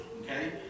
okay